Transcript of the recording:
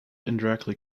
indirectly